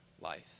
life